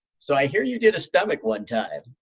so i hear you did a stomach one time.